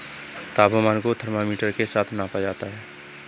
तापमान को थर्मामीटर के साथ मापा जाता है